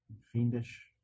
fiendish